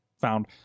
found